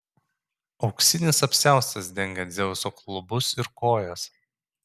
auksinis apsiaustas dengė dzeuso klubus ir kojas